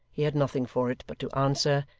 he had nothing for it but to answer,